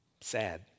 sad